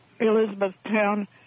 Elizabethtown